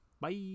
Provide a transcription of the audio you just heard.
Bye